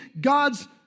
God's